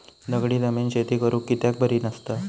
दगडी जमीन शेती करुक कित्याक बरी नसता?